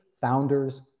founders